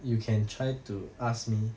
you can try to ask me